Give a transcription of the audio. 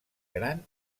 gran